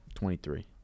Twenty-three